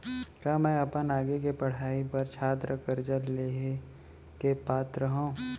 का मै अपन आगे के पढ़ाई बर छात्र कर्जा लिहे के पात्र हव?